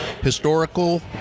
historical